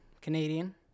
Canadian